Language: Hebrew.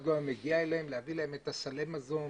לא היה מגיע אליהם ולהביא להם את סלי המזון,